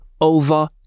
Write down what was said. over